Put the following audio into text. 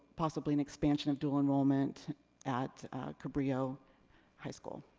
possibly an expansion of dual enrollment at cabrillo high school.